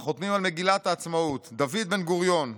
החותמים על מגילת העצמאות: דוד בן-גוריון,